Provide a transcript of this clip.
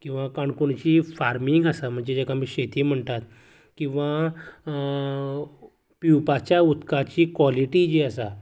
किंवां काणकोणची फार्मींग आसा म्हणजे जेका आमी शेती म्हणटात किंवां पिवपाच्या उदकाची कॉलिटी जी आसा